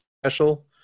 special